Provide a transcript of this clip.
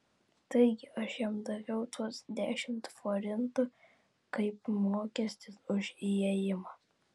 taigi aš jam daviau tuos dešimt forintų kaip mokestį už įėjimą